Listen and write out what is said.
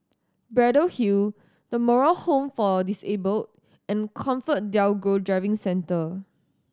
Braddell Hill The Moral Home for Disabled and ComfortDelGro Driving Centre